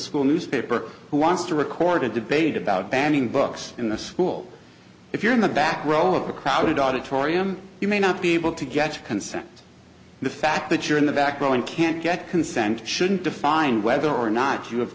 school newspaper who wants to record a debate about banning books in the school if you're in the back row of a crowded auditorium you may not be able to get consent the fact that you're in the back row and can't get consent shouldn't define whether or not you